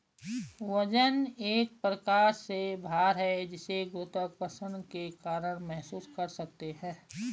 वजन एक प्रकार से भार है जिसे गुरुत्वाकर्षण के कारण महसूस कर सकते है